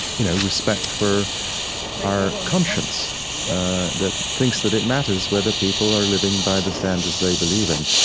you know, respect for our conscience that thinks that it matters whether people are living by the standards they believe in.